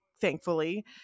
thankfully